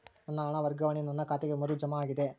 ನನ್ನ ಹಣ ವರ್ಗಾವಣೆಯು ನನ್ನ ಖಾತೆಗೆ ಮರು ಜಮಾ ಆಗಿದೆ